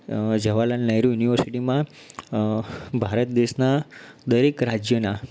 જવાહરલાલ નહેરુ યુનિવર્સિટીમાં ભારત દેશનાં દરેક રાજ્યનાં